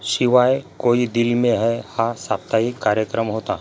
शिवाय कोई दिल में है हा साप्ताहिक कार्यक्रम होता